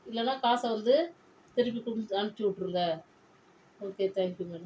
இல்லைன்னா காசை வந்து திருப்பி கொடுத்து அனுப்புச்சு விட்டுருங்க ஓகே தேங்க்யூ மேடம்